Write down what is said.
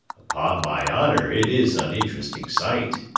upon my honour, it is an interesting sight,